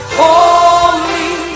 holy